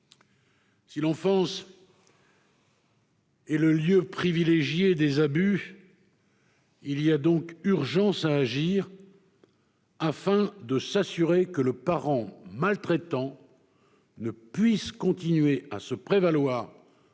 Si l'enfance est le lieu privilégié des abus, il y a donc urgence à agir afin de s'assurer que le parent maltraitant ne puisse continuer à se prévaloir